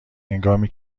هنگامی